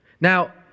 Now